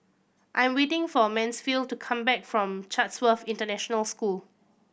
I am waiting for Mansfield to come back from Chatsworth International School